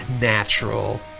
natural